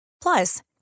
Plus